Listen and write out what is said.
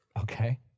Okay